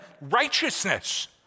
righteousness